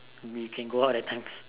we can go out at times